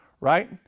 right